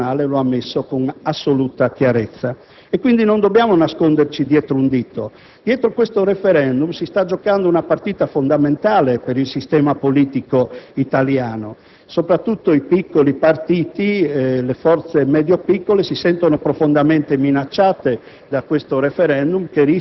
anche recentemente, un ex Presidente della Corte costituzionale lo ha ammesso con assoluta chiarezza). Non dobbiamo nasconderci, quindi, dietro a un dito: su questo *referendum* si sta giocando una partita fondamentale per il sistema politico italiano. Soprattutto le forze politiche e i partiti piccoli e medio-piccoli si sentono profondamente